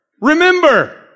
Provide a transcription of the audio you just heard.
Remember